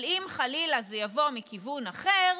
אבל אם חלילה זה יבוא מכיוון אחר,